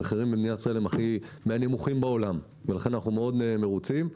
המחירים במדינת ישראל הם מהנמוכים בעולם ולכן אנחנו מרוצים מאוד.